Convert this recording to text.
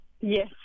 Yes